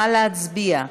נא להצביע.